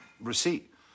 receipt